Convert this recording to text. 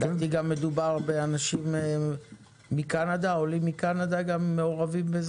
מדובר באנשים מקנדה, גם עולים מקנדה מעורבים בזה.